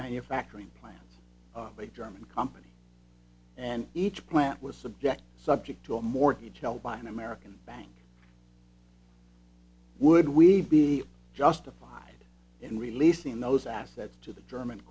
manufacturing plans a german company and each plant was subject subject to a mortgage held by an american bank would we be justified in releasing those assets to the german